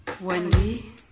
Wendy